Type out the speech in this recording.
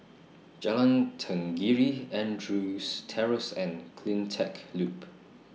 Jalan Tenggiri Andrews Terrace and CleanTech Loop